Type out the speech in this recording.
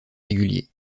réguliers